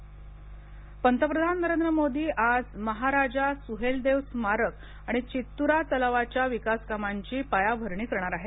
सुहेलदेव पंतप्रधान नरेंद्र मोदी आज महाराजा सुहेलदेव स्मारक आणि चित्तुरा तलावाच्या विकासकामांची पायाभरणी करणार आहेत